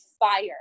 Fire